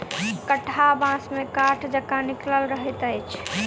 कंटहा बाँस मे काँट जकाँ निकलल रहैत अछि